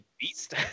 beast